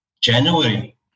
January